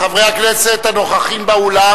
חברי הכנסת הנוכחים באולם,